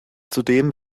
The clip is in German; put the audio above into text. zudem